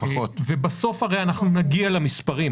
אני מבקש להגדיל את המקדמות.